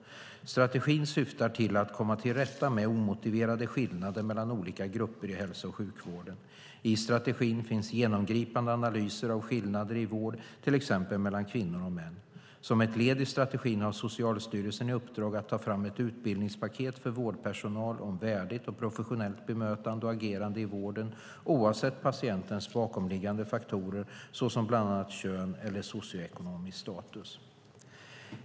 Strategin syftar till att komma till rätta med omotiverade skillnader mellan olika grupper i hälso och sjukvården. I strategin finns genomgripande analyser av skillnader i vård, till exempel mellan kvinnor och män. Som ett led i strategin har Socialstyrelsen i uppdrag att ta fram ett utbildningspaket för vårdpersonal om värdigt och professionellt bemötande och agerande i vården, oavsett patientens bakomliggande faktorer, såsom kön och socioekonomisk status.